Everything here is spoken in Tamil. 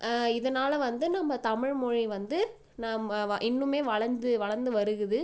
இதனால் வந்து நம்ப தமிழ் மொழி வந்து நம்ம இன்னும் வளர்ந்து வளர்ந்து வருகுது